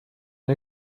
une